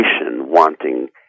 wanting